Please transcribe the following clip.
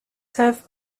served